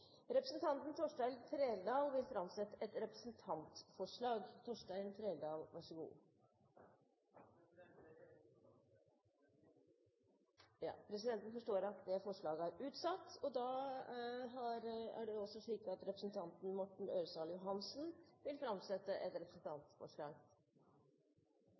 Representanten Torgeir Trældal vil framsette et representantforslag. President! Det er utsatt. Presidenten forstår det slik at det forslaget er utsatt. Representanten Morten Ørsal Johansen vil framsette et